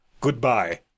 goodbye